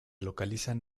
localizan